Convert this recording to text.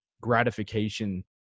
gratification